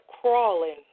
crawling